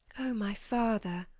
oh, my father!